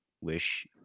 wish